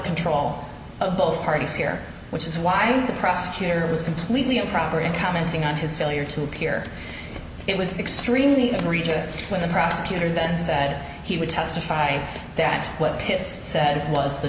control of both parties here which is why the prosecutor was completely improper in commenting on his failure to appear it was extremely courageous when the prosecutor then said he would testify that what pissed said was the